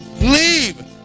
Leave